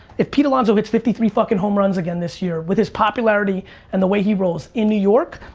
if pete alonso hits fifty three fucking homeruns again this year with his popularity and the way he rolls, in new york,